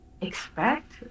expect